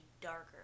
darker